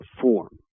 form